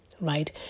right